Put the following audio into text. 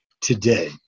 today